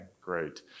great